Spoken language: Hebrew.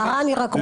אני רק רוצה הבהרה.